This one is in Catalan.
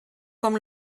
com